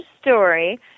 story